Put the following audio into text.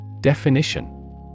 Definition